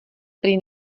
prý